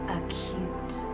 acute